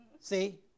See